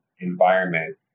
environment